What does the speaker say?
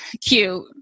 cute